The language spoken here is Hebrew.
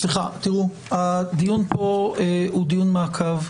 הדיון פה הוא דיון מעקב.